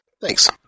Thanks